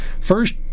First